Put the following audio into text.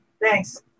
thanks